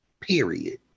period